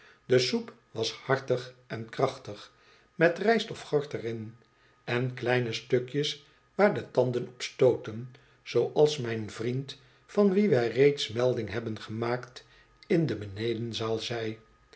de soep was hartig en krachtig met rijst of gort er in en kleine stukjes waar de tanden op stooten zooals mijn vriend van wien wij reeds melding hebben gemaakt in de benedenzaal zei